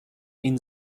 این